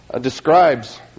describes